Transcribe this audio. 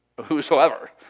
Whosoever